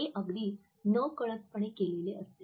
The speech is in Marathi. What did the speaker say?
ते अगदी नकळतपणे केलेले असते